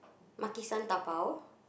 MakiSan dabao